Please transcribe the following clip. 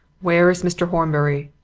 where is mr. horbury?